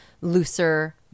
looser